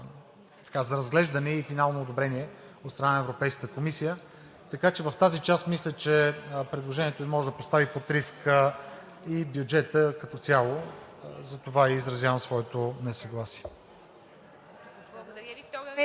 за разглеждане и финално одобрение от страна на Европейската комисия, така че в тази част мисля, че предложението Ви може да постави под риск и бюджета като цяло, затова изразявам своето несъгласие.